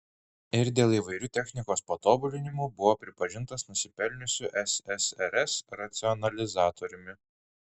ir dėl įvairių technikos patobulinimų buvo pripažintas nusipelniusiu ssrs racionalizatoriumi